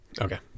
Okay